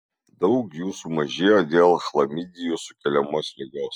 daug jų sumažėjo dėl chlamidijų sukeliamos ligos